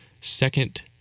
second